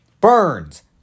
Burns